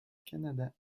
canada